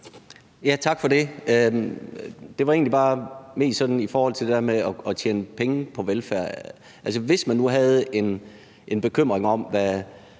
Tak for det. Det er egentlig bare mest i forhold til det der med at tjene penge på velfærd. Altså, hvis man nu havde en bekymring om, hvad